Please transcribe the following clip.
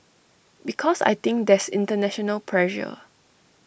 because I think there's International pressure